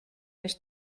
nicht